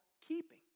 keeping